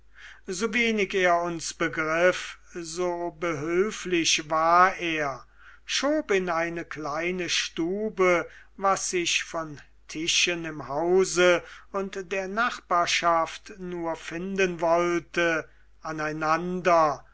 so wenig er uns begriff so behülflich war er schob in eine kleine stube was sich von tischen im hause und der nachbarschaft nur finden wollte aneinander